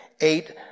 eight